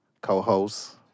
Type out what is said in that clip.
co-host